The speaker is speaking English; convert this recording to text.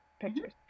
pictures